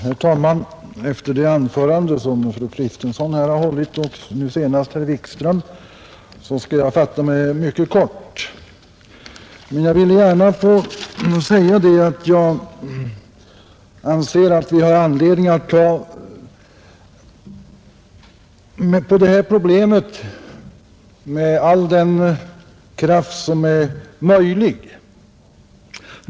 Herr talman! Efter de anföranden som hållits av fru Kristensson och nu senast av herr Wikström skall jag fatta mig mycket kort. Men jag vill gärna få säga att jag anser att vi har anledning att ta på det här problemet med mycket stort allvar.